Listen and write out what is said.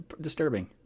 disturbing